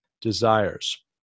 desires